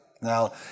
Now